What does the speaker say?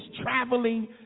traveling